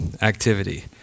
activity